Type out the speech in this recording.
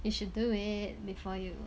you should do it before you